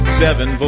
seven